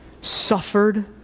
suffered